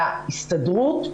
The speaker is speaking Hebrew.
להסתדרות,